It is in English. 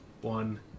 one